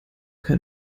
kein